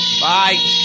Bye